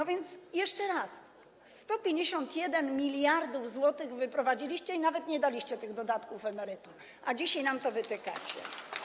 A więc jeszcze raz: 151 mld zł wyprowadziliście i nawet nie daliście tych dodatków emerytom, a dzisiaj nam to wytykacie.